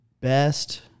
best